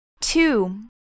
Two